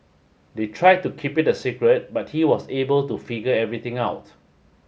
they tried to keep it a secret but he was able to figure everything out